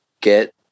get